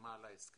החתימה על ההסכם.